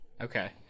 Okay